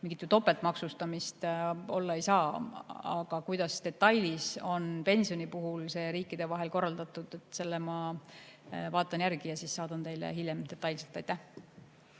mingit topeltmaksustamist olla ei tohi, aga kuidas detailides on pensioni puhul see riikide vahel korraldatud, selle ma vaatan järgi ja saadan teile hiljem detailse vastuse.